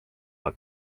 aeg